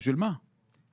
אנחנו